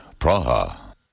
Praha